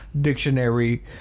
dictionary